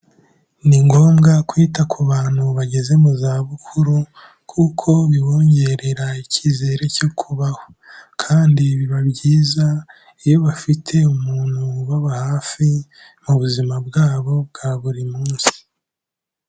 Ni ngombwa kwita ku bantu bageze mu zabukuru kuko bibongerera icyizere cyo kubaho kandi biba byiza iyo bafite umuntu ubaba hafi mu buzima bwabo bwa buri munsi.